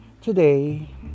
today